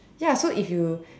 ya so if you